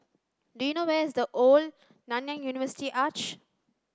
do you know where is The Old Nanyang University Arch